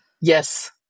Yes